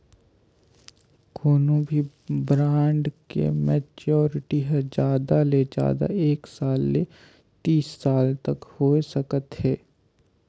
कोनो भी ब्रांड के मैच्योरिटी हर जादा ले जादा एक साल ले तीस साल तक होए सकत हे